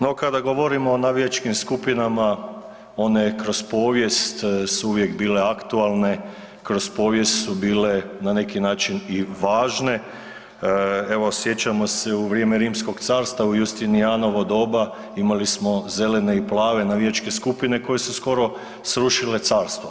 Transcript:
No kada govorimo o navijačkim skupinama one kroz povijest su uvijek bile aktualne, kroz povijest su bile na neki način i važne, evo sjećamo se u vrijeme Rimskog carstva u Justinijanovo doba imali smo zelene i plave navijačke skupine koje su skoro srušile carstvo.